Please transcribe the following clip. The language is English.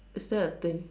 is that a thing